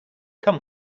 come